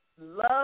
Love